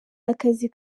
akazi